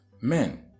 Men